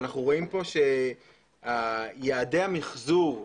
אנחנו רואים פה שיעדי המחזור,